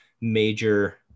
major